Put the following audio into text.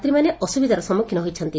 ଯାତ୍ରୀମାନେ ଅସୁବିଧାର ସମ୍ମୁଖୀନ ହୋଇଛନ୍ତି